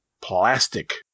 plastic